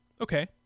Okay